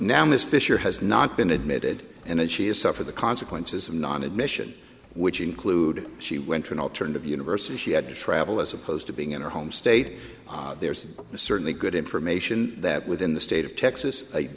ms fisher has not been admitted and she is suffer the consequences of non admission which include she went to an alternative universe and she had to travel as opposed to being in her home state there's certainly good information that within the state of texas